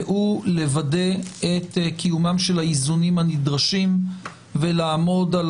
והוא לוודא את קיומם של האיזונים הנדרשים ולעמוד על